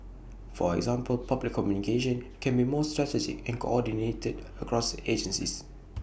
for example public communication can be more strategic and coordinated across agencies